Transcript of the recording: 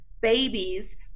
babies